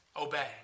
Obey